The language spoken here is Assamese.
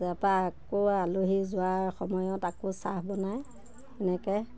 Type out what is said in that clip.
তাপা আকৌ আলহী যোৱাৰ সময়ত আকৌ চাহ বনায় তেনেকৈ